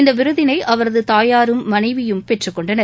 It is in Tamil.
இந்த விருதினை அவரது தாயாரும் மனைவியும் பெற்றுக்கொண்டனர்